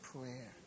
prayer